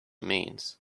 means